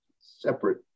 separate